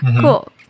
Cool